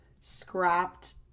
scrapped